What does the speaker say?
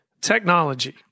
technology